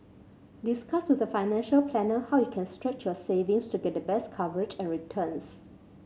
discuss with a financial planner how you can stretch your savings to get the best coverage and returns